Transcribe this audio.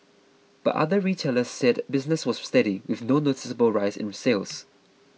but other retailers said business was steady with no noticeable rise in sales